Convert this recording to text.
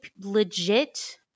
legit